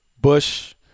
Bush